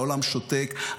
והעולם שותק,